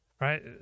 right